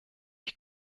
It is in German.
ich